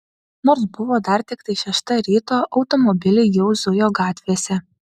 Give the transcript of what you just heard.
nors buvo dar tiktai šešta ryto automobiliai jau zujo gatvėse